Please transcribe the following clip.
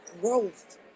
growth